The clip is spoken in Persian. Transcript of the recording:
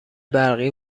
برقی